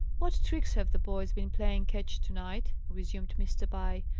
what tricks have the boys been playing ketch, to-night? resumed mr. pye.